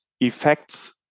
effects